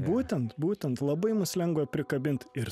būtent būtent labai mus lengva prikabint ir